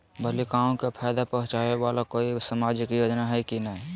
बालिकाओं के फ़ायदा पहुँचाबे वाला कोई सामाजिक योजना हइ की नय?